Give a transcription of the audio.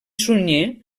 sunyer